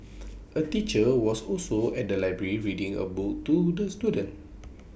A teacher was also at the library reading A book to the students